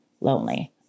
lonely